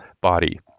body